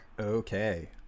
Okay